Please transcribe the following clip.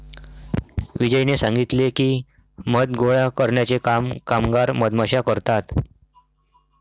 विजयने सांगितले की, मध गोळा करण्याचे काम कामगार मधमाश्या करतात